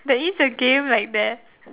there is a game like that